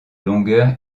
longueur